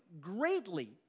greatly